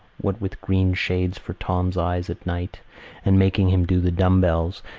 what with green shades for tom's eyes at night and making him do the dumb-bells,